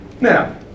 Now